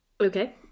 Okay